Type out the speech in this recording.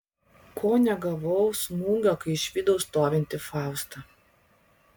ko negavau smūgio kai išvydau stovintį faustą